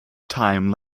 time